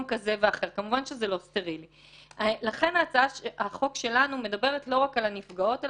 אבל הצעת החוק שלנו מדברת לא רק על הנפגעות,